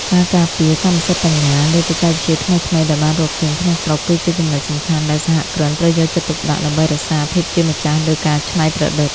ការការពារ "កម្មសិទ្ធិបញ្ញា" លើបច្ចេកវិទ្យាថ្មីៗដែលបានរកឃើញក្នុងស្រុក គឺជាចំណុចសំខាន់ដែលសហគ្រិនត្រូវយកចិត្តទុកដាក់ដើម្បីរក្សាភាពជាម្ចាស់លើការច្នៃប្រឌិត។